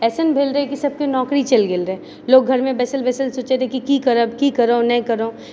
एहन भेल रहए कि सबके नौकरी चलि गेल रहए लोग घरमे बैसल बैसल सोचए रहय कि की करब की करब नहि करब